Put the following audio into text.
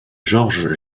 george